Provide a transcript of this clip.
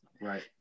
Right